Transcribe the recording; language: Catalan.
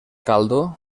caldo